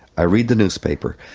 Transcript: i read the newspaper,